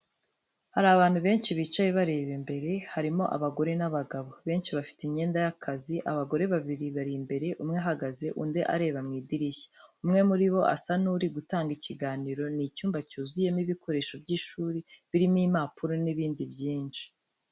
Hari abantu benshi bicaye bareba imbere, harimo abagore n'abagabo, benshi bafite imyenda y’akazi, abagore babiri bari imbere umwe ahagaze, undi areba mu irishya, umwe muri bo asa n'uri gutanga ikiganiro. Ni icyumba cyuzuyemo ibikoresho by’ishuri birimo impapuro n'ibindi byinshi.